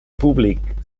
públic